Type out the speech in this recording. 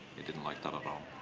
he didn't like that at all.